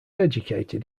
educated